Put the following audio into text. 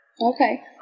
Okay